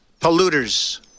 polluters